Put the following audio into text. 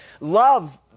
Love